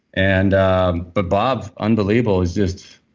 and ah but bob, unbelievable is just